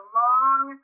long